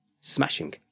smashing